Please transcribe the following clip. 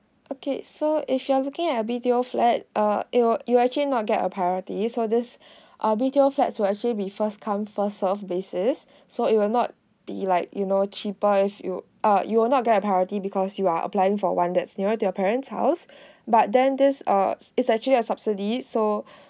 okay so if you're looking at a B_T_O flat uh it will you actually not get a priorities so this uh B_T_O flats will actually be first come first served basis so it will not be like you know cheaper if you ah you will not get priority because you are applying for one that's nearer to your parents house but then this uh is actually a subsidies so